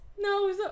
No